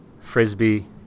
frisbee